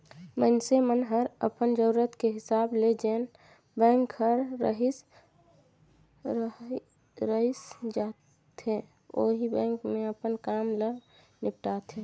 मइनसे मन हर अपन जरूरत के हिसाब ले जेन बेंक हर रइस जाथे ओही बेंक मे अपन काम ल निपटाथें